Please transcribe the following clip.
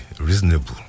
reasonable